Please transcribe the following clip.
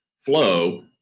flow